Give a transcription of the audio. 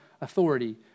authority